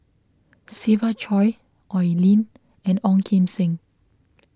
Siva Choy Oi Lin and Ong Kim Seng